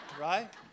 Right